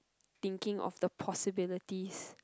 thinking of the possibilities